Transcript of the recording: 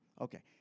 Okay